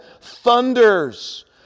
thunders